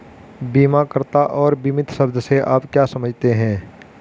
बीमाकर्ता और बीमित शब्द से आप क्या समझते हैं?